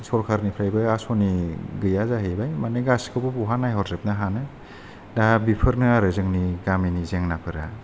सरकारनिफ्रायबो आसनि गैयाजाहैबाय मानि गासिखौबो बहा नायहर जोबनो हानो दा बेफोरनो आरो जोंनि गामिनि जेंनाफोरा